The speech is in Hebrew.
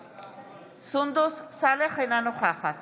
סאלח, אינה נוכחת